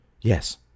Yes